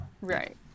Right